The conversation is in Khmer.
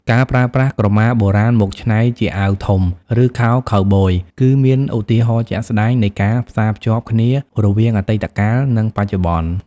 ការប្រើប្រាស់ក្រមាបុរាណមកច្នៃជាអាវធំ ឬខោខូវប៊យ គឺជាឧទាហរណ៍ជាក់ស្តែងនៃការផ្សារភ្ជាប់គ្នារវាងអតីតកាលនិងបច្ចុប្បន្ន។